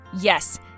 Yes